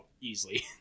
easily